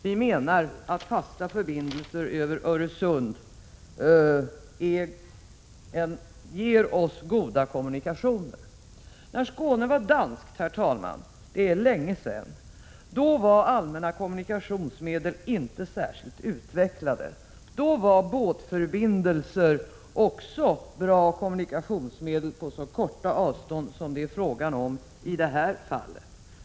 Vi menar att fasta förbindelser över Öresund ger oss goda kommunikationer. Herr talman! När Skåne var danskt — det är länge sedan — då var de allmänna kommunikationsmedlen inte särskilt utvecklade. Då var också båtförbindelser bra kommunikationsmedel på så korta avstånd som det är fråga om i det här fallet.